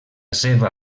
seva